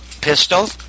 pistol